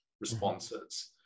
responses